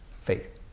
faith